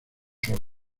solo